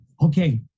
Okay